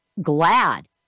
glad